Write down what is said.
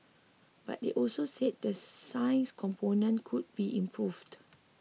but they also said the science component could be improved